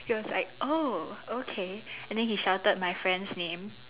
he was like oh okay then he shouted my friend's name